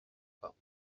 pas